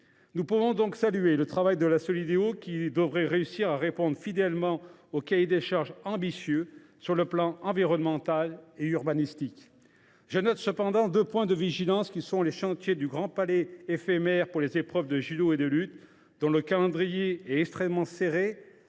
Nous pouvons saluer le travail de la Solideo, qui devrait réussir à répondre fidèlement à un cahier des charges ambitieux sur les plans environnemental et urbanistique. Je note cependant deux points de vigilance, à savoir les chantiers du Grand Palais éphémère pour les épreuves de judo et de lutte, dont le calendrier est extrêmement serré,